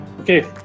Okay